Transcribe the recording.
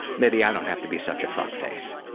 maybe i don't have to be such a fuckface.